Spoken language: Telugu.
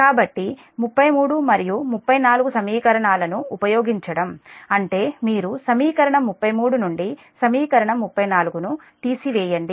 కాబట్టి 33 మరియు 34 సమీకరణాన్ని ఉపయోగించడం అంటే మీరు సమీకరణం 33 నుండి సమీకరణం 34 ను తీసివేయండి